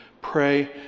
Pray